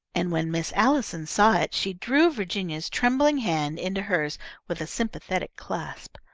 and when miss allison saw it she drew virginia's trembling hand into hers with a sympathetic clasp.